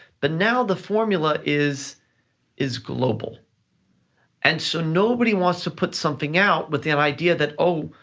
but now the formula is is global and so nobody wants to put something out with the and idea that, oh,